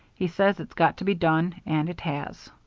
he says it's got to be done and it has.